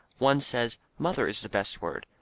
one says mother is the best word.